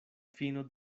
fino